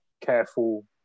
careful